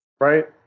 Right